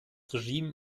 regime